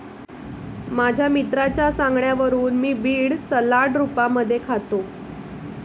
माझ्या मित्राच्या सांगण्यावरून मी बीड सलाड रूपामध्ये खातो